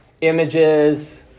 images